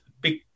big